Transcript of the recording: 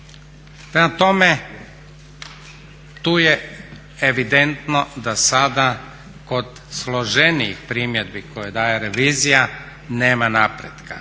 tome, tu je evidentno da sada kod složenijih primjedbi koje daje revizija nema napretka.